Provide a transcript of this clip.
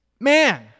Man